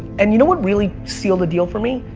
and you know what really sealed the deal for me?